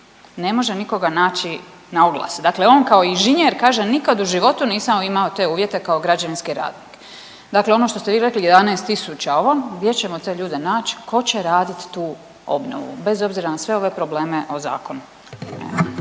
ne može nikoga naći na oglasu. Dakle on kao inženjer, kaže nikad u životu nisam imao te uvjete kao građevinski radnik. Dakle ono što ste vi rekli 11 tisuća ovo, gdje ćemo te ljude naći, tko raditi tu obnovu, bez obzira na sve ove probleme o zakon?